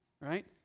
right